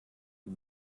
die